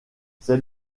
c’est